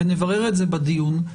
ונברר את זה בדיון,